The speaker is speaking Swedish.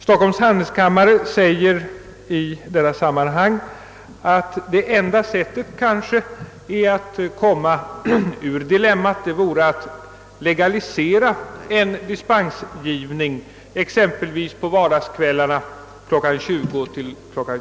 Stockholms handelskammare säger i detta sammanhang att det enda sättet att komma ur dilemmat kanske vore att legalisera en dispensgivning, exempelvis för vardagskvällarna mellan klockan 20 och 22.